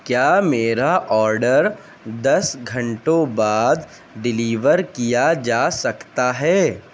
کیا میرا آرڈر دس گھنٹوں بعد ڈیلیور کیا جا سکتا ہے